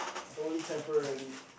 only temporarily